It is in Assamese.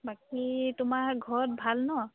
বাকী তোমাৰ ঘৰত ভাল নহ্